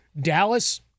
Dallas